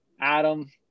Adam